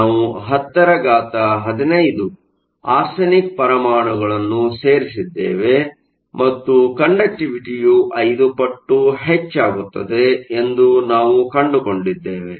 ನಾವು 1015 ಆರ್ಸೆನಿಕ್ ಪರಮಾಣುಗಳನ್ನು ಸೇರಿಸಿದ್ದೇವೆ ಮತ್ತು ಕಂಡಕ್ಟಿವಿಟಿಯು 5 ಪಟ್ಟು ಹೆಚ್ಚಾಗುತ್ತದೆ ಎಂದು ನಾವು ಕಂಡುಕೊಂಡಿದ್ದೇವೆ